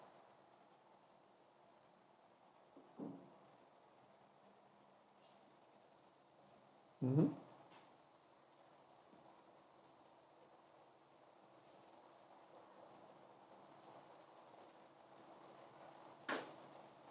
mmhmm